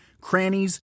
crannies